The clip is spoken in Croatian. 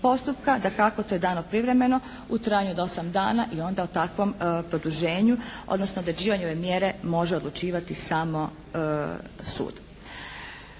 dakako te dano privremeno u trajanju od osam dana i onda o takvom produženju odnosno određivanju ove mjere može odlučivati samo sud.